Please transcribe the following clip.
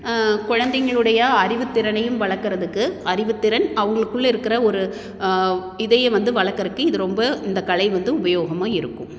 குழந்தைங்களுடைய அறிவுத்திறனையும் வளர்க்குறதுக்கு அறிவு திறன் அவங்களுக்குள்ள இருக்கிற ஒரு இதையும் வந்து வளர்க்குறதுக்கு இது ரொம்ப இந்த கலை ரொம்ப உபயோகமாக இருக்கும்